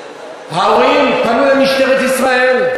ההורים פנו אל משטרת ישראל.